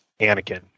Anakin